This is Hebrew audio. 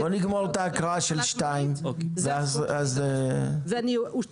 בוא נגמור את ההקראה של סעיף 2. --- להפעלת מונית,